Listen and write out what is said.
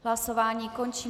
Hlasování končím.